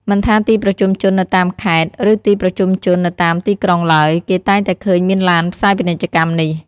មិនថាទីប្រជុំជននៅតាមខេត្ត ឬទីប្រជុំជននៅតាមទីក្រុងឡើយ គេតែងតែឃើញមានឡានផ្សាយពាណិជ្ជកម្មនេះ។